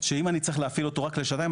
שאם אני צריך להפעיל אותו רק לשעתיים,